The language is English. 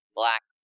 black